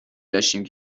داشتیم